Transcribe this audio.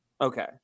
Okay